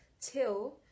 till